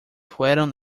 fueron